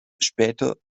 später